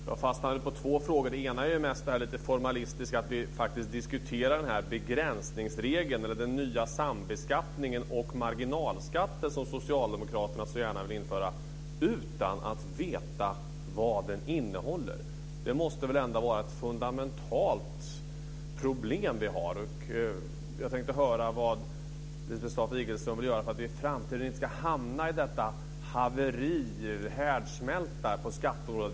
Herr talman! Jag fastnade på två frågor. Den ena är mest det formalistiska att vi faktiskt diskuterar begränsningsregeln eller den nya sambeskattningen och marginalskatten, som socialdemokraterna så gärna vill införa, utan att veta vad den innehåller. Det måste väl ändå vara ett fundamentalt problem som vi har. Jag tänkte höra vad Lisbeth Staaf-Igelström vill göra för att vi i framtiden inte ska hamna i denna härdsmälta på skatteområdet.